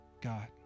God